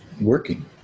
working